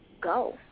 go